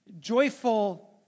joyful